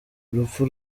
urupfu